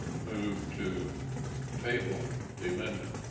move to table the amendment.